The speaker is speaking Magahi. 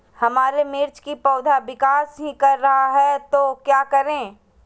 हमारे मिर्च कि पौधा विकास ही कर रहा है तो क्या करे?